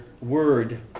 word